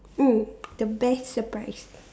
mm the best surprise